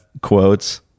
quotes